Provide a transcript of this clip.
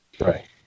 right